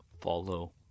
Follow